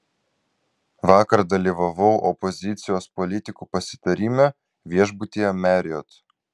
vakar dalyvavau opozicijos politikų pasitarime viešbutyje marriott